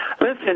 Listen